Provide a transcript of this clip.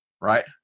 right